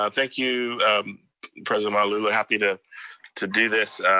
um thank you president malauulu. i'm happy to to do this.